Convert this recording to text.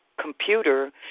Computer